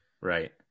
Right